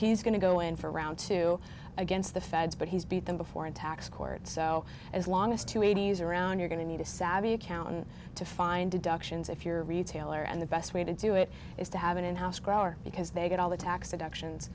he's going to go in for round two against the feds but he's beat them before in tax court so as long as two eighty's around you're going to need a savvy accountant to find deductions if you're a retailer and the best way to do it is to have an in house growler because they get all the tax deductions